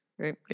right